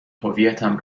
هویتم